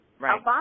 Right